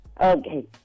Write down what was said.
Okay